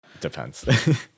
depends